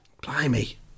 Blimey